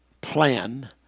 plan